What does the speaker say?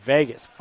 Vegas